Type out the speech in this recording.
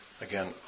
Again